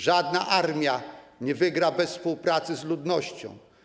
Żadna armia nie wygra bez współpracy z ludnością.